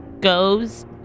goes